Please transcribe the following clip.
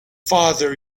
father